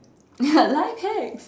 ya life hacks